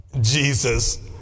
Jesus